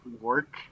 work